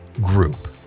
group